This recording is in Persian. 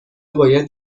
باید